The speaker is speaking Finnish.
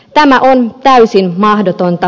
tämä on täysin mahdotonta